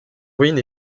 ruines